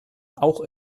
auch